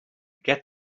get